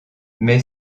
mais